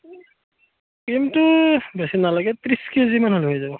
ক্ৰীমটো বেছি নালাগে ত্ৰিছ কেজিমান হলেই হৈ যাব